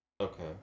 Okay